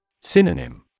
Synonym